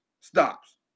stops